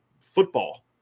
Football